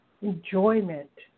enjoyment